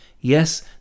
Yes